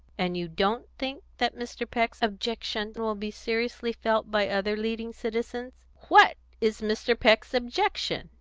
and you don't think that mr. peck's objection will be seriously felt by other leading citizens? what is mr. peck's objection?